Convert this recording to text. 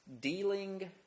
dealing